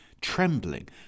trembling